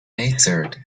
assured